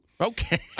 Okay